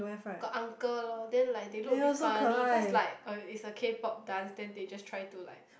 got uncle lor then they look a bit funny cause like uh it's a K-pop dance then they just try to like